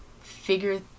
figure